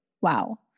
wow